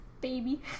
Baby